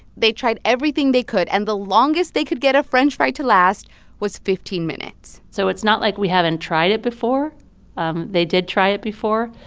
they tried everything they could, and the longest they could get a french fry to last was fifteen minutes so it's not like we haven't tried it before um they did try it before.